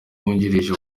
wungirije